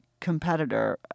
competitor